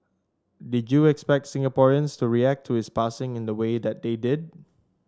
did you expect Singaporeans to react to his passing in the way that they did